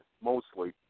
mostly